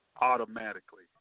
automatically